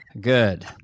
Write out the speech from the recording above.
good